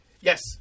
Yes